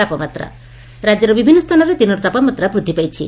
ତାପମାତା ରାକ୍ୟର ବିଭିନ୍ନ ସ୍ସାନରେ ଦିନର ତାପମାତ୍ରା ବୃଦ୍ଧି ପାଇଛି